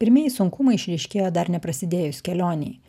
pirmieji sunkumai išryškėjo dar neprasidėjus kelionei